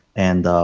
and